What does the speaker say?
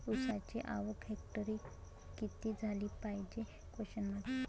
ऊसाची आवक हेक्टरी किती झाली पायजे?